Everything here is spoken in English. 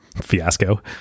fiasco